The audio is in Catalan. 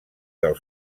del